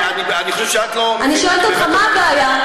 לא, אני חושבת שאת לא, אני שואלת אותך: מה הבעיה?